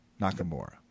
Nakamura